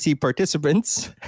participants